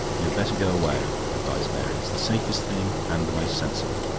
you'd better go away, advised mary. it's the safest thing, and the most sensible.